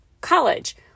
college